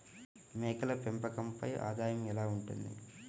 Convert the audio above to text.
మేకల పెంపకంపై ఆదాయం ఎలా ఉంటుంది?